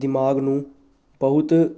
ਦਿਮਾਗ ਨੂੰ ਬਹੁਤ